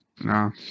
no